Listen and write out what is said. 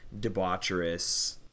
debaucherous